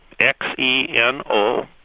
X-E-N-O